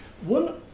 One